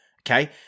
okay